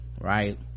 right